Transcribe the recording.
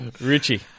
Richie